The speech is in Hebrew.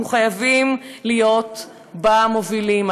אנחנו חייבים להיות במובילים.